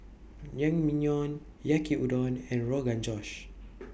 Naengmyeon Yaki Udon and Rogan Josh